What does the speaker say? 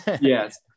yes